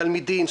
תלמידים,